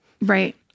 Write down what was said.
right